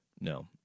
No